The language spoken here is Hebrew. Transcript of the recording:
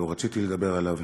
לא רציתי לדבר עליו,